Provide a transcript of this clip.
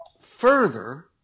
further